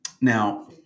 Now